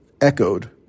echoed